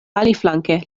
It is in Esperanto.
aliflanke